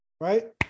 Right